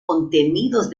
contenidos